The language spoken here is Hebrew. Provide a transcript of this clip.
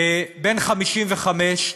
בן 55,